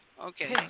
Okay